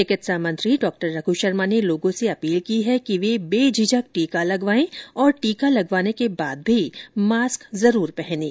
चिकित्सा मंत्री डॉ रघ् शर्मा ने लोगों से अपील की कि वे बेझिझक टीका लगवाएं और टीका लगवाने के बाद भी मास्क जरूर पहनें